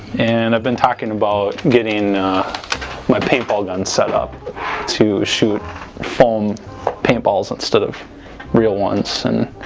and i've been talking about getting my paintball gun set up to shoot foam paintballs instead of real ones and